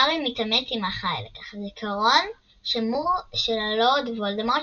הארי מתעמת עם האחראי לכך – זיכרון שמור של הלורד וולדמורט